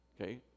Okay